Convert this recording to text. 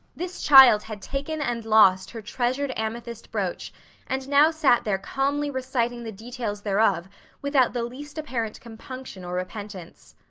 this child had taken and lost her treasured amethyst brooch and now sat there calmly reciting the details thereof without the least apparent compunction or repentance.